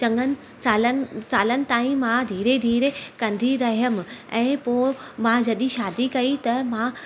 चङनि सालनि सालनि ताईं मां धीरे धीरे कंदी रहियमि ऐं पोइ मां जॾहिं शादी कई त मां